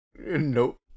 Nope